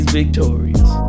victorious